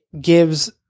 gives –